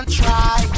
try